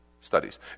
studies